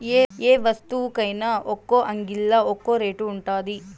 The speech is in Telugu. యే వస్తువుకైన ఒక్కో అంగిల్లా ఒక్కో రేటు ఉండాది